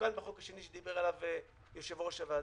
שמתוקן בחוק השני שדיבר עליו יושב-ראש הוועדה.